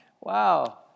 Wow